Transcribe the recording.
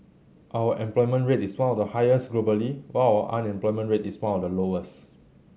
our employment rate is one of the highest globally while our unemployment rate is one of the lowest